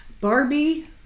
Barbie